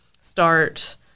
start